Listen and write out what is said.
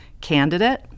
candidate